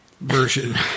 version